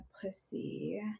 pussy